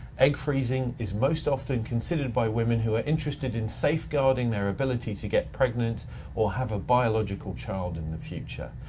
egg freezing is most often considered by women who are interested in safeguarding their ability to get pregnant or have a biological child in the future.